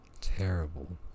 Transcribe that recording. Terrible